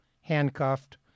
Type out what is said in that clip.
handcuffed